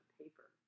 paper